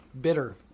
bitter